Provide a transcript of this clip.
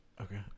okay